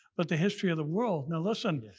but the history of the world. listen,